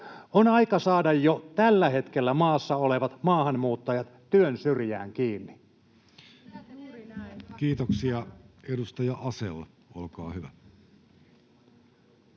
On aika saada jo tällä hetkellä maassa olevat maahanmuuttajat työn syrjään kiinni. [Pia Lohikoski: Mitä